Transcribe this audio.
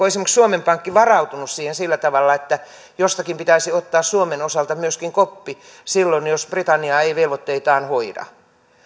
esimerkiksi suomen pankki varautunut siihen sillä tavalla että jostakin pitäisi ottaa suomen osalta myöskin koppi silloin jos britannia ei velvoitteitaan hoida